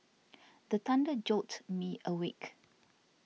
the thunder jolt me awake